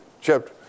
chapter